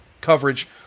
coverage